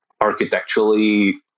architecturally